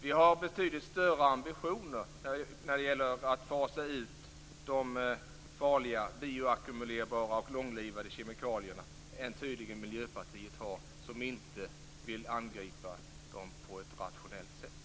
Vi har betydligt större ambitioner när det gäller att fasa ut de farliga bioackumulerbara och långlivade kemikalierna än Miljöpartiet tydligen har. Miljöpartiet vill ju inte angripa dem på ett rationellt sätt.